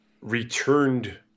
returned